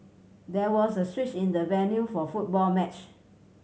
there was a switch in the venue for a football match